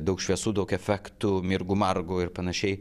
daug šviesų daug efektų mirgu margu ir panašiai